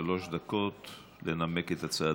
שלוש דקות לנמק את הצעתך,